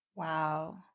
Wow